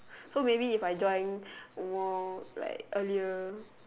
so maybe if I join more like earlier